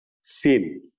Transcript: sin